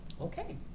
okay